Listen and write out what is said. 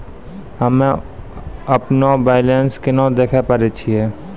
हम्मे अपनो बैलेंस केना देखे पारे छियै?